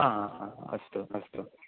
हा हा हा अस्तु अस्तु